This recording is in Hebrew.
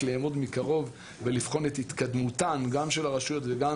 לעמוד מקרוב ולבחון את התקדמותן גם של הרשויות וגם